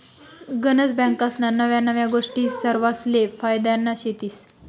गनज बँकास्ना नव्या नव्या गोष्टी सरवासले फायद्यान्या शेतीस